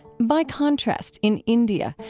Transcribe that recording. by contrast, in india,